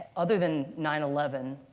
other than nine eleven,